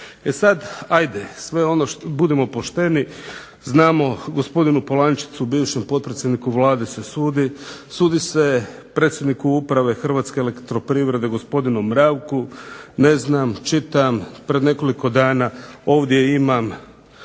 E sada, ajde, budimo pošteni, znamo gospodinu Polančecu bivšem potpredsjedniku Vlade se sudi, sudi se predsjedniku Uprave Hrvatske elektroprivrede gospodinu Mravku, ne znam čitam pred nekoliko dana ovdje imam